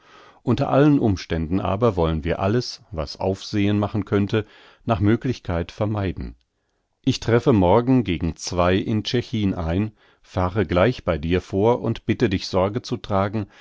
unter allen umständen aber wollen wir alles was aufsehn machen könnte nach möglichkeit vermeiden ich treffe morgen gegen zwei in tschechin ein fahre gleich bei dir vor und bitte dich sorge zu tragen